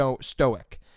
stoic